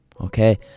okay